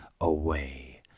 away